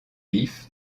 vif